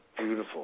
Beautiful